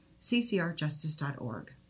ccrjustice.org